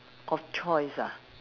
of choice ah